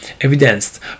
evidenced